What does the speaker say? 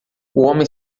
homem